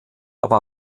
aber